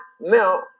Now